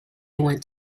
went